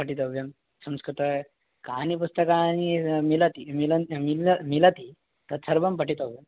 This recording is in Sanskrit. पठितव्यं संस्कृते कानि पुस्तकानि मिलति मिलन् मिल्ल मिलति तत्सर्वं पठितव्यं